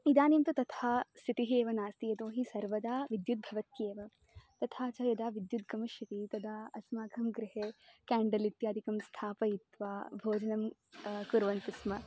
इदानीं तु तथा स्थितिः एव नास्ति यतो हि सर्वदा विद्युत् भवत्येव तथा च यदा विद्युत् गमिष्यति तदा अस्माकं गृहे केण्ड्ल इत्यादिकं स्थापयित्वा भोजनं कुर्वन्ति स्म